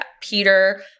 Peter